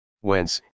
Whence